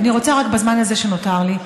אני רוצה רק, בזמן הזה שנותר לי,